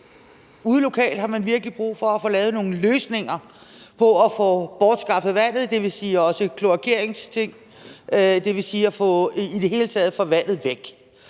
ude lokalt har man virkelig brug for at få lavet nogle løsninger på at få bortskaffet vandet, dvs. også kloakeringsting – i det hele taget at få vandet væk.